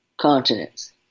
continents